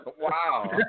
Wow